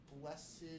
blessed